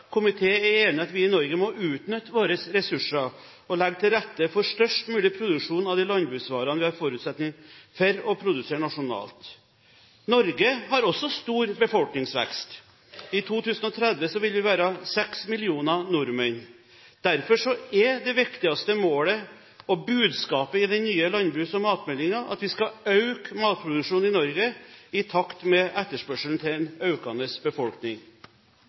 er enig i at vi i Norge må utnytte våre ressurser og legge til rette for størst mulig produksjon av de landbruksvarene vi har forutsetning for å produsere nasjonalt. Norge har også stor befolkningsvekst. I 2030 vil vi være seks millioner nordmenn. Derfor er det viktigste målet og budskapet i den nye landbruks- og matmeldingen at vi skal øke matproduksjonen i Norge, i takt med etterspørselen til en økende befolkning.